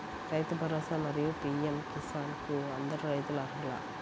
రైతు భరోసా, మరియు పీ.ఎం కిసాన్ కు అందరు రైతులు అర్హులా?